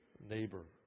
neighbor